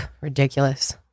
Ridiculous